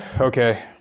Okay